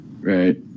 Right